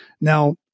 Now